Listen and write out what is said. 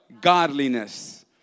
Godliness